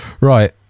Right